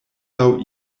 laŭ